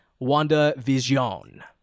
WandaVision